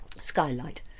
Skylight